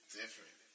different